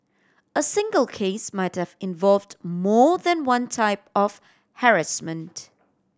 a single case might have involved more than one type of harassment